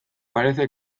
parece